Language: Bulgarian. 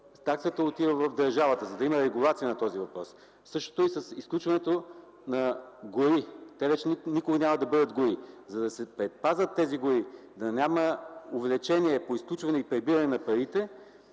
таксата отива в държавата, за да има регулация на този въпрос. Същото е и с изключването на гори. Те вече никога няма да бъдат гори. За да се предпазят тези гори, да няма увлечение по изключване и прибиране на парите,